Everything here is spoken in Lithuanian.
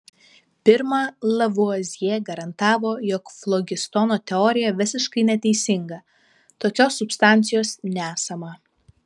pirma lavuazjė garantavo jog flogistono teorija visiškai neteisinga tokios substancijos nesama